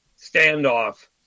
standoff